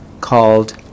called